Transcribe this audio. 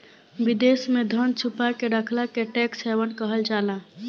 विदेश में धन छुपा के रखला के टैक्स हैवन कहल जाला